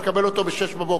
אני מקבל אותו ב-06:00,